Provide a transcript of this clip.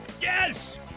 yes